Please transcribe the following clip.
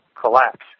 collapse